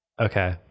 Okay